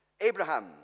Abraham